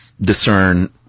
discern